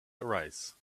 arise